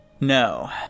No